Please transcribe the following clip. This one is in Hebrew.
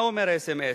מה אומר האס.אם.אס?